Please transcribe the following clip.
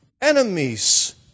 enemies